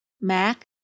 Mac